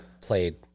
played